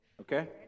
okay